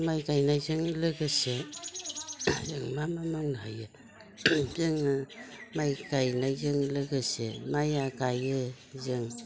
माइ गायनायजों लोगोसे मा मा मावनो हायो जोङो माइ गायनायजों लोगोसे माया गायो जों